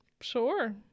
Sure